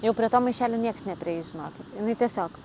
jau prie to maišelio nieks neprieis žinokit jinai tiesiog